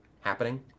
happening